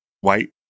White